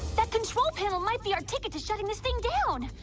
that control panel might be our ticket to shutting this thing down